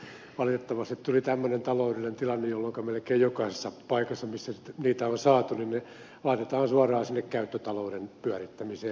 mutta valitettavasti tuli tämmöinen taloudellinen tilanne jolloinka melkein jokaisessa paikassa missä niitä on saatu ne laitetaan suoraan sinne käyttötalouden pyörittämiseen